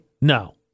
no